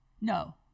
No